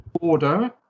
order